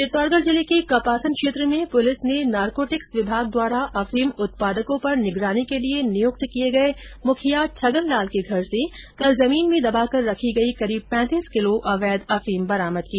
चित्तौडगढ जिले के कपासन क्षेत्र में पुलिस ने नारकोटिक्स विभाग द्वारा अफीम उत्पादकों पर निगरानी के लिये नियुक्त किये गये मुखिया छगन लाल के घर से कल जमीन में दबाकर रखी करीब पैंतीस किलो अवैध अफीम बरामद की